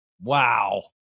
Wow